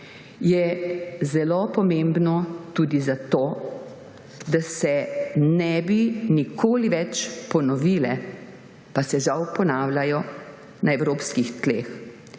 je zelo pomembno tudi zato, da se ne bi nikoli več ponovila. Pa se žal ponavljajo na evropskih tleh.